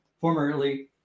formerly